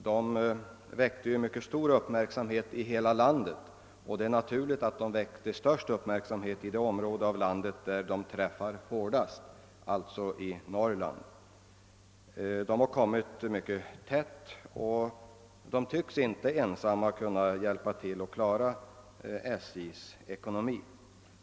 De har ju väckt mycket stor uppmärksamhet i hela landet, men det är naturligt att de väckt mest uppmärksamhet i den del av landet där effekten är hårdast, d. v. s. i Norrland.